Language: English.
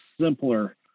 simpler